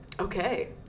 okay